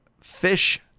fish